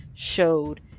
showed